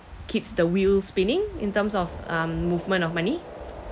keeps the wheel spinning in terms of um movement of money